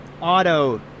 auto